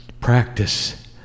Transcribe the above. Practice